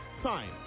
Time